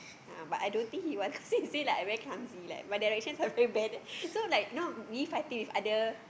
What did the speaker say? uh but I don't think he wants cause he say like I very clumsy like my directions are very bad so like you know me fighting with other